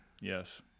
Yes